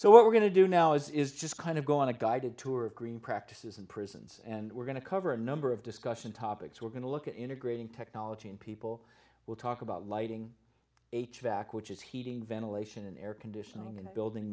so we're going to do now is is just kind of go on a guided tour of green practices and prisons and we're going to cover a number of discussion topics we're going to look at integrating technology and people will talk about lighting h back which is heating ventilation and air conditioning and building